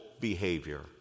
behavior